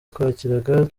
twakiraga